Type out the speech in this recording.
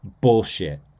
bullshit